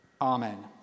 Amen